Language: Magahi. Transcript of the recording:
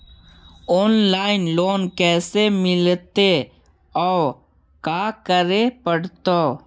औनलाइन लोन कैसे मिलतै औ का करे पड़तै?